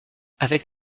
avec